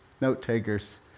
note-takers